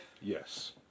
Yes